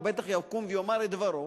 הוא בטח יקום ויאמר את דברו,